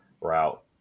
route